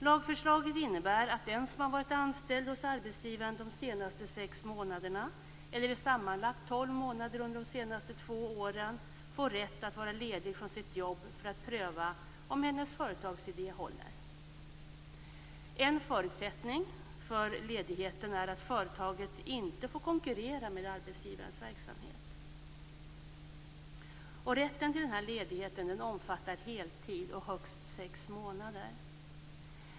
Lagförslaget innebär att den som har varit anställd hos en arbetsgivare de senaste sex månaderna, eller i sammanlagt tolv månader under de senaste två åren, får rätt att vara ledig från sitt jobb för att pröva om hennes företagsidé håller. En förutsättning för ledigheten är att företaget inte får konkurrera med arbetsgivarens verksamhet. Rätten till ledigheten omfattar heltid och högst sex månader.